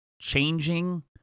changing